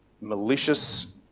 malicious